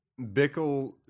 Bickle